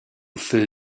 fill